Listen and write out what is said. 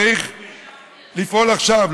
צריך לפעול עכשיו,